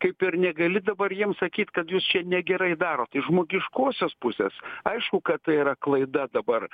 kaip ir negali dabar jiems sakyt kad jūs čia negerai darot iš žmogiškosios pusės aišku kad tai yra klaida dabar